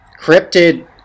cryptid